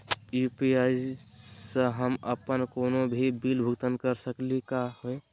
UPI स हम अप्पन कोनो भी बिल भुगतान कर सकली का हे?